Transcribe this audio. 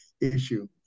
issue